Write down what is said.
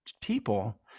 people